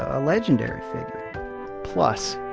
a legendary figure plus,